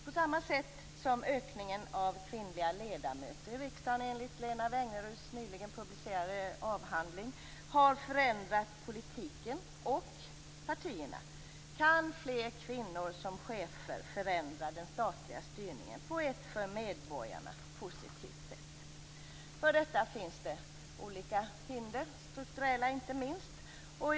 På samma sätt som ökningen av kvinnliga ledamöter i riksdagen enligt Lena Wägneruds nyligen publicerade avhandling har förändrat politiken och partierna kan fler kvinnliga chefer förändra den statliga styrningen på ett för medborgarna positivt sätt. För detta finns det olika hinder, inte minst strukturella.